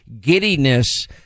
giddiness